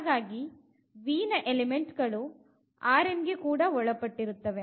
ಹಾಗಾಗಿ Vನ ಎಲಿಮೆಂಟ್ ಗಳು ಗೆ ಕೂಡ ಒಳಪಟ್ಟಿರುತ್ತವೆ